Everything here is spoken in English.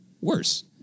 worse